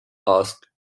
asked